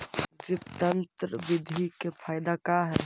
Drip तन्त्र बिधि के फायदा का है?